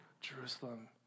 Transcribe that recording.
Jerusalem